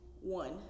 one